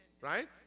right